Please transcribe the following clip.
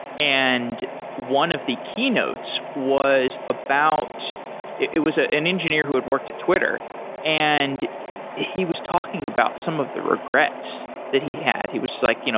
and one of the keynotes was about it was ah an engineer who had worked at twitter and he was talking about some of the regrets that he had. he was like, you know